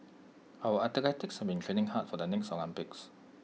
our athletes have been training hard for the next Olympics